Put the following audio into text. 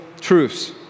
truths